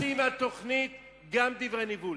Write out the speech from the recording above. חצי מהתוכנית גם דברי ניבול.